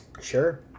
Sure